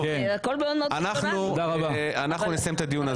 אנחנו נסיים את הדיון הזה.